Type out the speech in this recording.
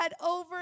over